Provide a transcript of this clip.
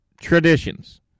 traditions